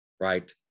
right